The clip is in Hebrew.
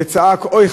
וצעק: אוי,